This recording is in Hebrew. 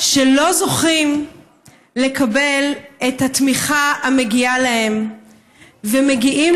שלא זוכים לקבל את התמיכה המגיעה להם ומגיעים